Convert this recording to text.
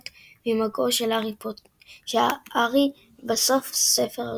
מת ממגעו של הארי בסוף הספר הראשון.